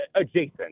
adjacent